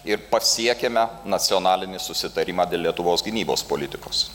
ir pasiekėme nacionalinį susitarimą dėl lietuvos gynybos politikos